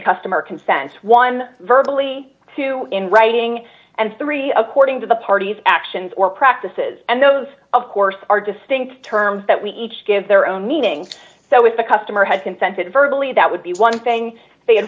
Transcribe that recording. customer consents one verbal e two in writing and three according to the party's actions or practices and those of course are distinct terms that we each give their own meaning so if the customer had consented virtually that would be one thing they had